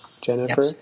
jennifer